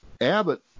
abbott